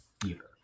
theater